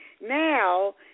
Now